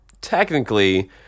technically